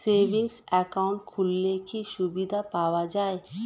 Savings account খুললে কি সুবিধা পাওয়া যায়?